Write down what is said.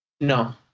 No